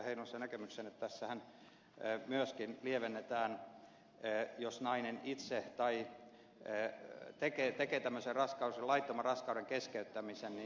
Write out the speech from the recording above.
heinosen näkemyksen tässähän myöskin lievennetään seuraamusta siitä jos nainen itse tekee tämmöisen laittoman raskauden keskeyttämisen